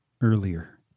earlier